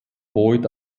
boyd